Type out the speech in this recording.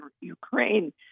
Ukraine